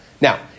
Now